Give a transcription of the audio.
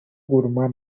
курма